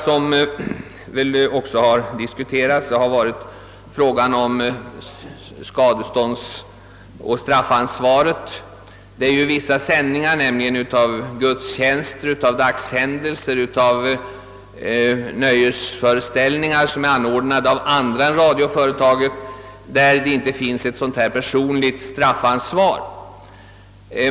Här har också diskuterats frågan om skadeståndsoch straffansvaret. För vissa sändningar av gudstjänster, dagshändelser, nöjestillställningar 0o. s. Vv. som är anordnade av andra än radioförtaget finns inte ett personligt straffansvar.